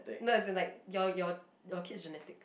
no isn't like your your your kid's genetics